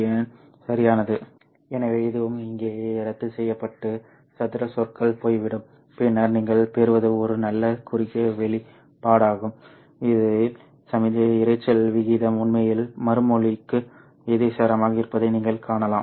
என் சரியானது எனவே இதுவும் இங்கே ரத்துசெய்யப்பட்டு சதுர சொற்கள் போய்விடும் பின்னர் நீங்கள் பெறுவது ஒரு நல்ல குறுகிய வெளிப்பாடாகும் இதில் சமிக்ஞை இரைச்சல் விகிதம் உண்மையில் மறுமொழிக்கு விகிதாசாரமாக இருப்பதை நீங்கள் காணலாம்